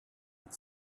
with